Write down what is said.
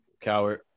Coward